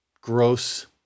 gross